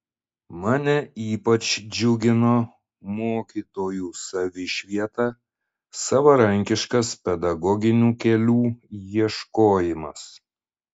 mane ypač džiugino mokytojų savišvieta savarankiškas pedagoginių kelių ieškojimas